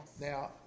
Now